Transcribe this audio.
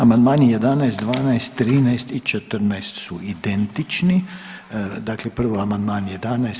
Amandmani 11., 12., 13. i 14. su identični, dakle prvo amandman 11.